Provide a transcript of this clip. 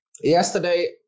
yesterday